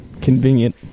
convenient